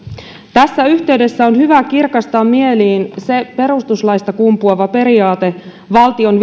tässä yhteydessä on hyvä kirkastaa mieliin perustuslaista kumpuava periaate valtion